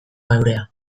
geurea